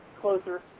closer